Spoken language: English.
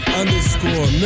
underscore